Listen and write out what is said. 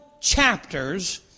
chapters